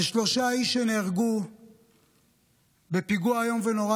על שלושה איש שנהרגו בפיגוע איום ונורא